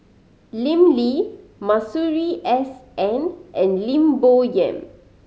Lim Lee Masuri S N and Lim Bo Yam